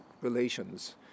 relations